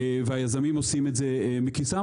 והיזמים עושים את זה מכיסם,